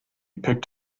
picked